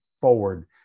forward